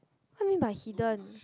I mean by hidden